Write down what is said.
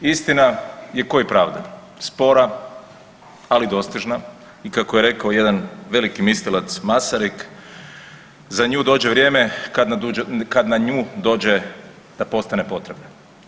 Istina je ko i pravda spora ali dostižna i kako je rekao jedan veliki mislilac Masarik za nju dođe vrijeme kad na nju dođe da postane potrebna.